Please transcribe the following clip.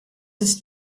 ist